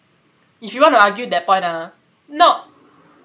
if you want to argue that point ah not